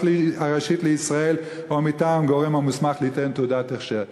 הראשית לישראל או מטעם גורם המוסמך ליתן תעודת הכשר".